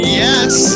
yes